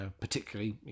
Particularly